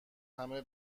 همه